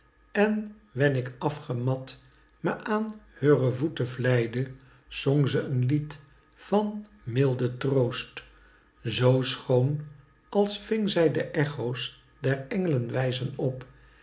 en wen ik afgemat me aan heure voeten vlijde zong ze een lied van milden troost zoo schoon als ving zij de echoos der englenwijzen op